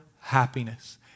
happiness